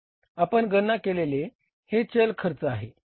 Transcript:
आपण गणना केले हे चल खर्च आहे